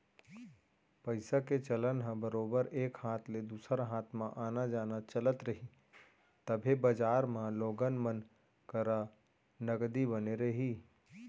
पइसा के चलन ह बरोबर एक हाथ ले दूसर हाथ म आना जाना चलत रही तभे बजार म लोगन मन करा नगदी बने रही